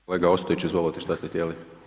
Kolega Ostojić, izvolite, šta ste htjeli?